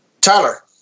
Tyler